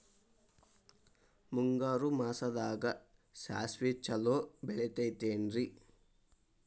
ಮುಂಗಾರು ಮಾಸದಾಗ ಸಾಸ್ವಿ ಛಲೋ ಬೆಳಿತೈತೇನ್ರಿ?